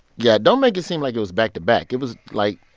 yeah. don't make it seem like it was back-to-back. it was, like,